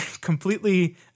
completely